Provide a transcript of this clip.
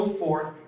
forth